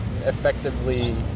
effectively